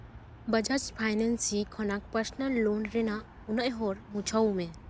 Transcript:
Bajaj finance ᱠᱷᱚᱱᱟᱜ personal loan ᱨᱮᱱᱟᱜ ᱩᱱᱟᱹᱜ ᱦᱚᱲ ᱵᱩᱡᱷᱟᱹᱣ ᱢᱮ